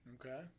Okay